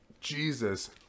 Jesus